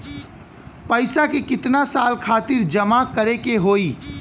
पैसा के कितना साल खातिर जमा करे के होइ?